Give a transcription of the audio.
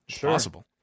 possible